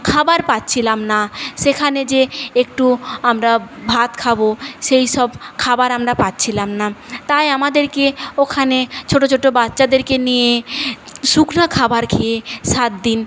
খাবার পাচ্ছিলাম না সেখানে যে একটু আমরা ভাত খাব সেইসব খাবার আমরা পাচ্ছিলাম না তাই আমাদেরকে ওখানে ছোট ছোট বাচ্চাদেরকে নিয়ে শুকনো খাবার খেয়ে সাত দিন